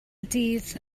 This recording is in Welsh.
dydd